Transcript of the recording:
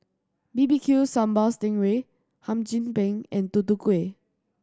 B B Q Sambal sting ray Hum Chim Peng and Tutu Kueh